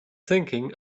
thinking